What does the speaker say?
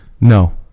No